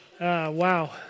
Wow